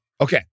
Okay